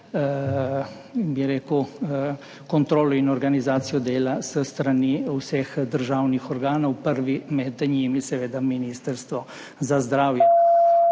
bi rekel, kontrolo in organizacijo dela s strani vseh državnih organov, prvi med njimi seveda Ministrstvo za zdravje.